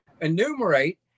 enumerate